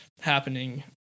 happening